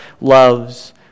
loves